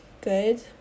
good